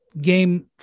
game